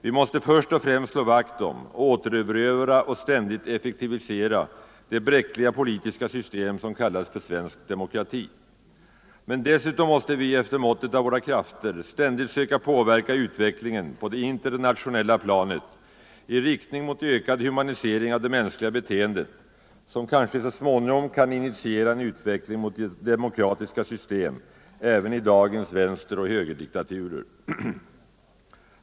Vi måste först och främst slå vakt om, återerövra och ständigt effektivisera det bräckliga politiska system som kallas för svensk demokrati, men dessutom måste vi efter måttet av våra krafter ständigt söka påverka utvecklingen på det internationella planet i riktning mot ökad humanisering av det mänskliga beteendet, något som kanske så småningom kan initiera en utveckling mot demokratiska system även i dagens vänsteroch högerdiktaturer.